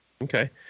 Okay